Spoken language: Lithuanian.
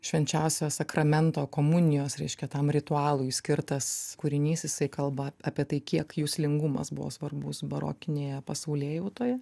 švenčiausiojo sakramento komunijos reiškia tam ritualui skirtas kūrinys jisai kalba apie tai kiek juslingumas buvo svarbus barokinėje pasaulėjautoje